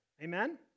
Amen